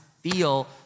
feel